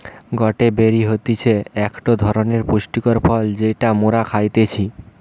গটে বেরি হতিছে একটো ধরণের পুষ্টিকর ফল যেটা মোরা খাইতেছি